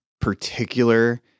particular